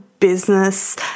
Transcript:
business